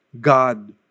God